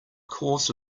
course